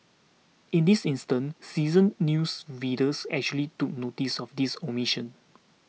in this instance seasoned news readers actually took noticed of this omission